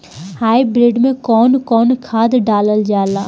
Hybrid में कउन कउन खाद डालल जाला?